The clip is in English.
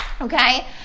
Okay